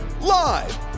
Live